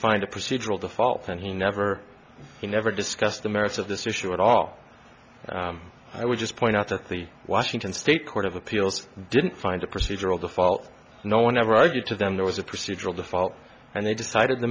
find a procedural default and he never he never discussed the merits of this issue at all i would just point out that the washington state court of appeals didn't find a procedural default no one ever argued to them there was a procedural to fall and they decided